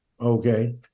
okay